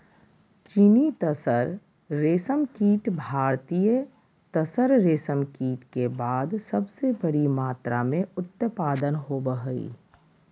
चीनी तसर रेशमकीट भारतीय तसर रेशमकीट के बाद सबसे बड़ी मात्रा मे उत्पादन होबो हइ